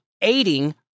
aiding